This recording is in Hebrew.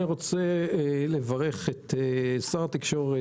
אני רוצה לברך את שר התקשורת,